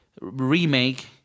remake